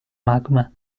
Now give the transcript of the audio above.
magma